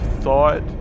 thought